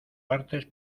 partes